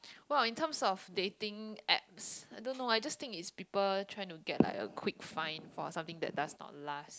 what in terms of dating apps I don't know I just think is people trying to get like a quick find for something that does not last